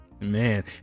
Man